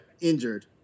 injured